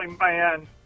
man